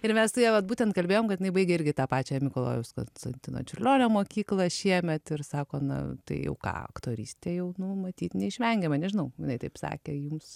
ir mes su ja vat būtent kalbėjom kad jinai baigia irgi tą pačią mikalojaus konstantino čiurlionio mokyklą šiemet ir sako na tai jau ką aktorystė jau nu matyt neišvengiama nežinau jinai taip sakė jums